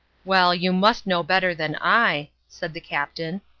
well, you must know better than i, said the captain.